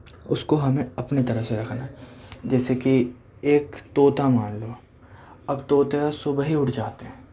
اُس کو ہمیں اپنی طرح سے رکھنا ہے جیسے کہ ایک طوطا مان لو اب طوطے صُبح ہی اُٹھ جاتے ہیں